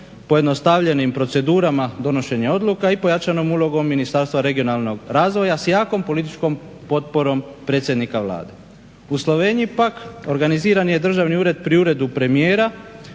pojednostavljenim procedurama donošenja odluka i pojačanom ulogom Ministarstva regionalnog razvoja s jakom političkom potporom predsjednika Vlade. U Sloveniji pak organiziran je Državni ured pri uredu premijera